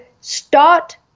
start